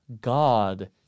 God